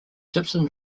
gypsum